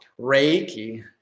Reiki